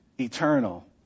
eternal